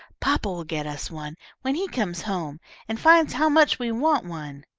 papa will get us one when he comes home and finds how much we want one.